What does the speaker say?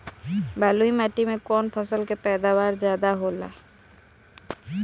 बालुई माटी में कौन फसल के पैदावार ज्यादा होला?